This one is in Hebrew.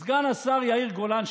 סגן השר יאיר גולן,